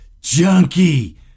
Junkie